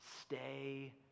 stay